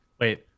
wait